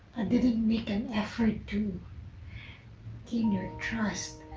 didn't make an effort to gain your trust